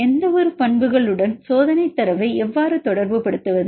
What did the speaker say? எந்தவொரு பண்புகளுடன் சோதனைத் தரவை எவ்வாறு தொடர்புபடுத்துவது